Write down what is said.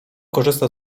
korzysta